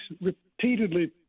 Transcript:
repeatedly